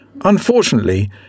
Unfortunately